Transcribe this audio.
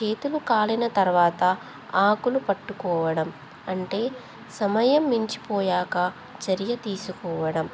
చేతులు కాలిన తర్వాత ఆకులు పట్టుకోవడం అంటే సమయం మించిపోయాక చర్య తీసుకోవడం